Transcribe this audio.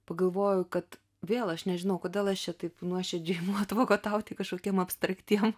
pagalvojau kad vėl aš nežinau kodėl aš čia taip nuoširdžiai advokatauti kažkokiem abstraktiem